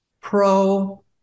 pro